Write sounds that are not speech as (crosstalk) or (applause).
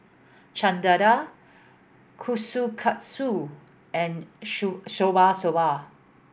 Chana Dal Kushikatsu and (unintelligible) Shabu Shabu